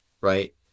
right